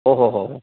ओ हो हो हो